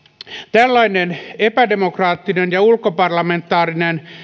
tällainen epädemokraattinen ja ulkoparlamentaarinen